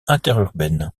interurbaine